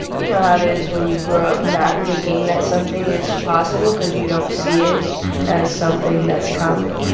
you know how it is when you grew up not thinking that something is possible because you don't see it as something that's common.